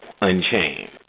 Unchained